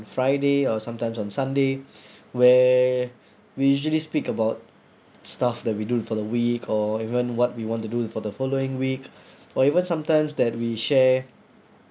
friday or sometimes on sunday where we usually speak about stuff that we do for the week or even what we want to do for the following week or even sometimes that we share